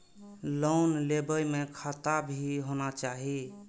Loan लेबे में खाता भी होना चाहि?